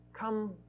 come